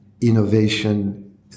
innovation